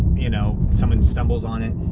you know, someone stumbles on it.